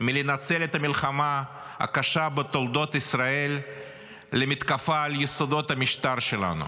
מלנצל את המלחמה הקשה ביותר בתולדות ישראל למתקפה על יסודות המשטר שלנו,